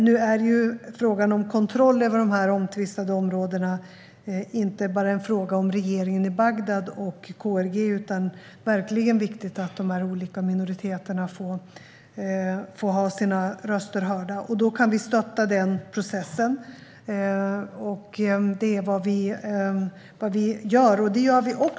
Nu är frågan om kontrollen över de omtvistade områdena inte bara en fråga för regeringen i Bagdad och KRG, utan det är verkligen viktigt att de olika minoriteterna får sina röster hörda. Då kan vi stötta den processen.